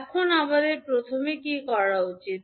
এখন আমাদের প্রথমে কি করা উচিত